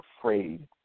afraid